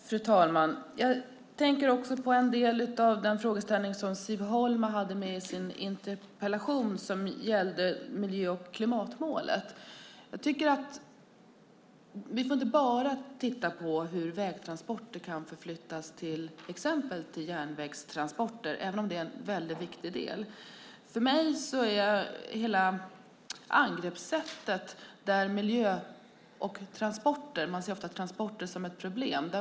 Fru talman! Jag tänker på en av de frågor som Siv Holma hade i sin interpellation som gällde miljö och klimatmålet. Vi får inte se på bara hur vägtransporter kan ändras till exempelvis järnvägtransporter, även om det är en viktig del. För mig handlar det om hela angreppssättet. Man ser ofta transporter som ett problem.